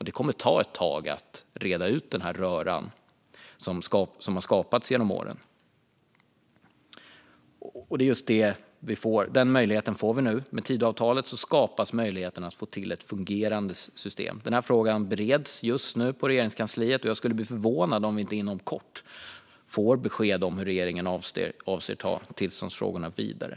Det kommer att ta ett tag att reda ut röran som skapats genom åren, och det är just den möjligheten vi får nu. Med Tidöavtalet skapas möjligheten att få till ett fungerande system. Den här frågan bereds nu på Regeringskansliet, och jag skulle bli förvånad om vi inte inom kort får besked om hur regeringen avser att ta tillståndsfrågorna vidare.